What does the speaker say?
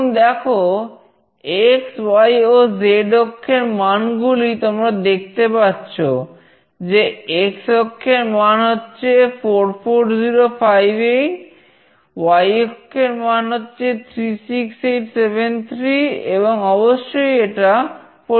এখন দেখোx y ও z অক্ষের মান গুলি তোমরা দেখতে পাচ্ছো যে x অক্ষের মান হচ্ছে 44058 y অক্ষের মান হচ্ছে 36873 এবং অবশ্যই এটা পরিবর্তন হচ্ছে